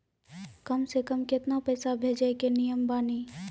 कम से कम केतना पैसा भेजै के नियम बानी?